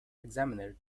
examiner